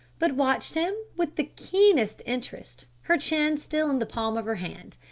but watched him with the keenest interest, her chin still in the palm of her hand.